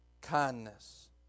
kindness